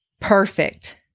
perfect